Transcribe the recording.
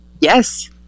yes